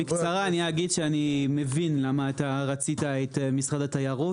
בקצרה אני אגיד שאני מבין למה אתה רצית את משרד התיירות.